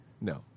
No